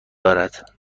دارد